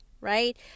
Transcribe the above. right